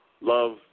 love